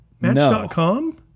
Match.com